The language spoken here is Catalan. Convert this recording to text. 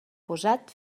posat